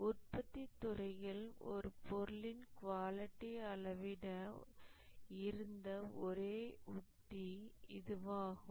உற்பத்தித் துறையில் ஒரு பொருளின் குவாலிட்டி அளவிட இருந்த ஒரே உத்தி இதுவாகும்